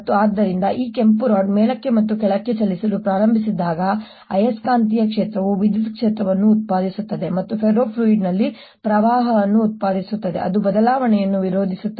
ಮತ್ತು ಆದ್ದರಿಂದ ಈ ಕೆಂಪು ರಾಡ್ ಮೇಲಕ್ಕೆ ಮತ್ತು ಕೆಳಕ್ಕೆ ಚಲಿಸಲು ಪ್ರಾರಂಭಿಸಿದಾಗ ಆಯಸ್ಕಾಂತೀಯ ಕ್ಷೇತ್ರವು ವಿದ್ಯುತ್ ಕ್ಷೇತ್ರವನ್ನು ಉತ್ಪಾದಿಸುತ್ತದೆ ಮತ್ತು ಈ ಫೆರೋಫ್ಲೂಯಿಡ್ ನಲ್ಲಿ ಪ್ರವಾಹವನ್ನು ಉತ್ಪಾದಿಸುತ್ತದೆ ಅದು ಬದಲಾವಣೆಯನ್ನು ವಿರೋಧಿಸುತ್ತದೆ